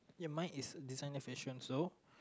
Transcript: ya mine is designer fashion so